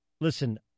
listen